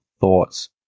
thoughts